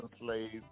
slaves